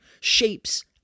shapes